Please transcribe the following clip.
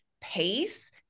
pace